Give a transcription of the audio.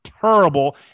terrible